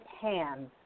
hands